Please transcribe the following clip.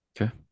okay